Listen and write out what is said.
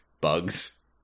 bugs